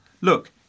Look